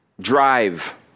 drive